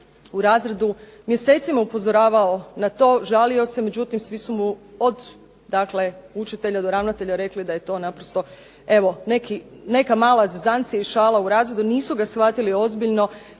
u razredu, mjesecima upozoravao na to, žalio se, međutim, svi su mu od učitelja do ravnatelja rekli da je to naprosto evo neka mala zezancija u razredu, nisu ga shvatili ozbiljno